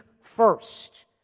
first